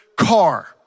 car